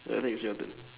like that it's your turn